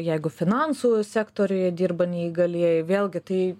jeigu finansų sektoriuje dirba neįgalieji vėlgi tai